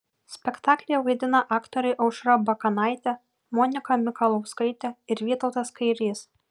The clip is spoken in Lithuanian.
spektaklyje vaidina aktoriai aušra bakanaitė monika mikalauskaitė ir vytautas kairys